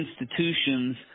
institutions